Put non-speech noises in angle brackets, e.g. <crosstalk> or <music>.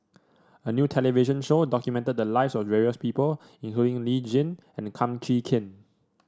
a new television show documented the lives of various people <unintelligible> Lee Tjin and Kum Chee Kin